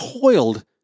toiled